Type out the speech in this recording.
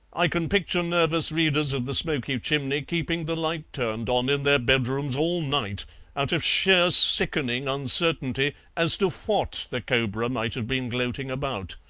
i can picture nervous readers of the smoky chimney keeping the light turned on in their bedrooms all night out of sheer sickening uncertainty as to what the cobra might have been gloating about.